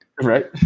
Right